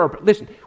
listen